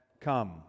come